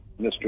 Mr